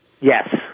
Yes